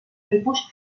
tipus